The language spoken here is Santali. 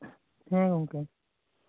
ᱦᱮᱸ ᱜᱚᱝᱠᱮ